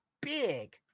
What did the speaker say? big